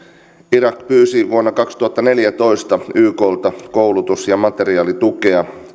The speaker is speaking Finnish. irak pyysi vuonna kaksituhattaneljätoista yklta koulutus ja materiaalitukea